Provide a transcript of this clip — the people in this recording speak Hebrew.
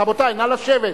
רבותי, נא לשבת.